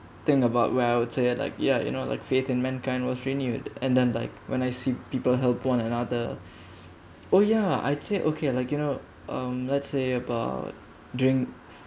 think about where I would say it like yeah you know like faith in mankind was renewed and then like when I see people help one another oh yeah I'd say okay like you know um let's say about during